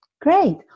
Great